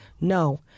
No